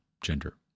gender